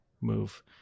move